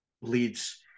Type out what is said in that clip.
leads